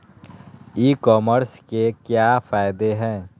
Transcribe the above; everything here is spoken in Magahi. ई कॉमर्स के क्या फायदे हैं?